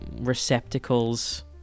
receptacles